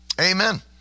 Amen